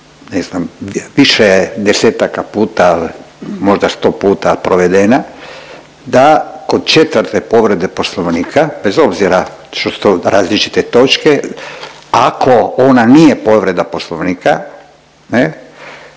više je desetaka puta, možda sto puta provedena da kod četvrte povrede poslovnika, bez obzira što su to različite točke ako ona nije povreda poslovnika ne,